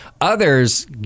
Others